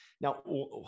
Now